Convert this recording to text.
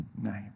name